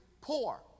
poor